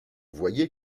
voyez